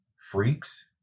freaks